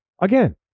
again